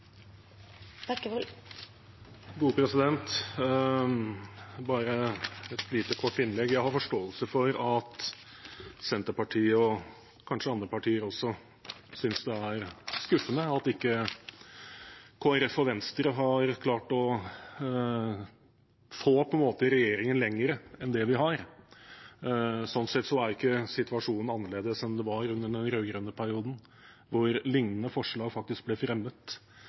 Bare et lite, kort innlegg: Jeg har forståelse for at Senterpartiet og kanskje også andre partier synes det er skuffende at ikke Kristelig Folkeparti og Venstre har klart å få regjeringen lenger enn det vi har. Sånn sett er ikke situasjonen annerledes enn den var under den rød-grønne perioden, hvor lignende forslag faktisk ble fremmet,